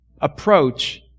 approach